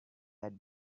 had